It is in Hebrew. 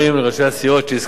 לראשי הסיעות שהסכימו,